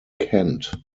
kent